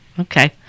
Okay